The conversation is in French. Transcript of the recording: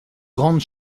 grandes